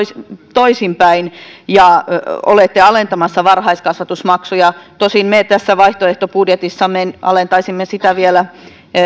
toisinpäin ja olette alentamassa varhaiskasvatusmaksuja tosin me tässä vaihtoehtobudjetissamme alentaisimme niitä vielä